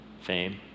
fame